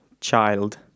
child